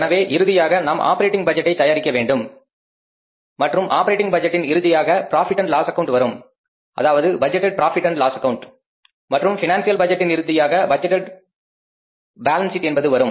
எனவே இறுதியாக நாம் ஆபெரட்டிங் பட்ஜெட்டை தயாரிக்க வேண்டும் மற்றும் ஆபெரட்டிங் பட்ஜெட்டின் இறுதியாக ப்ராபிட் அண்ட் லாஸ் ஆக்கவுண்ட் வரும் அதாவது budgeted profit and loss account மற்றும் பினான்சியல் பட்ஜெட்டின் இறுதியாக பட்ஜெட்டேட் பேலன்ஸ் சீட் என்பது வரும்